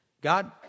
God